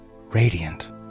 radiant